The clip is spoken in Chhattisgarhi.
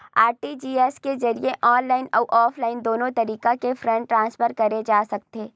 आर.टी.जी.एस के जरिए ऑनलाईन अउ ऑफलाइन दुनो तरीका ले फंड ट्रांसफर करे जा सकथे